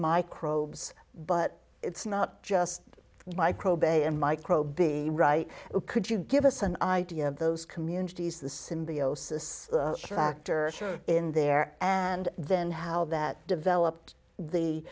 microbes but it's not just microbe a and micro be right could you give us an idea of those communities the symbiosis tractor in there and then how that developed the